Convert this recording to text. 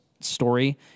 story